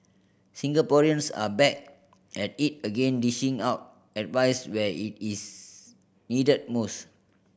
Singaporeans are back at it again dishing out advice where it is needed most